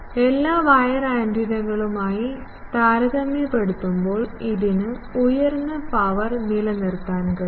എല്ലാ വയർ ആന്റിനകളുമായി താരതമ്യപ്പെടുത്തുമ്പോൾ ഇതിന് ഉയർന്ന പവർ നിലനിർത്താൻ കഴിയും